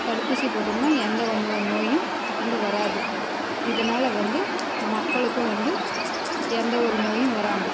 தடுப்பூசி போட்டோம்னா எந்த வந்தது நோயும் வந்து வராது இதனால வந்து மக்களுக்கும் வந்து எந்த ஒரு நோயும் வராம்து